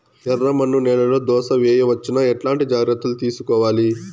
ఎర్రమన్ను నేలలో దోస వేయవచ్చునా? ఎట్లాంటి జాగ్రత్త లు తీసుకోవాలి?